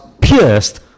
pierced